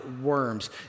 worms